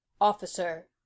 officer